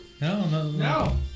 No